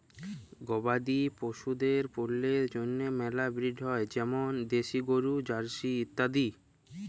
গবাদি পশুদের পল্যের জন্হে মেলা ব্রিড হ্য় যেমল দেশি গরু, জার্সি ইত্যাদি